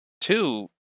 two